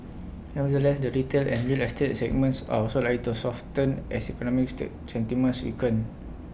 nevertheless the retail and real estate segments are also likely to soften as economic still sentiments weaken